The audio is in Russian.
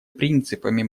принципами